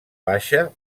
baixa